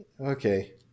Okay